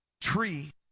tree